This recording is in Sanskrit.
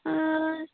हा